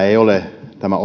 tämä